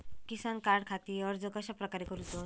किसान कार्डखाती अर्ज कश्याप्रकारे करूचो?